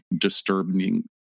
disturbing